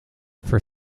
for